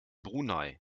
brunei